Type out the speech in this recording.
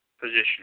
position